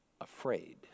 afraid